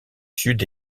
sud